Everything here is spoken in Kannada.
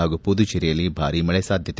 ಹಾಗೂ ಪುದುಚೇರಿಯಲ್ಲಿ ಭಾರಿ ಮಳೆ ಸಾಧ್ನತೆ